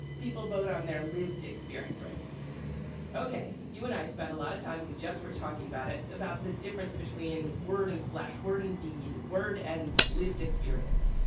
people vote on their lived experience. ok. you and i spend a lot of time we just we're talking about it. about the difference between word and flash word and deed word and lived experience.